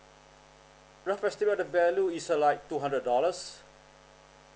rough estimate the value is like two hundred dollars